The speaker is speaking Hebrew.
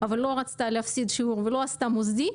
אבל לא רצתה להפסיד שיעור ולא עשתה מוסדי,